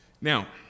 Now